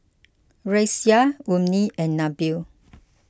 Raisya Ummi and Nabil